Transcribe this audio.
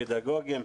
פדגוגיים,